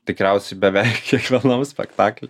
tikriausiai beveik kiekvienam spektakly